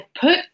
put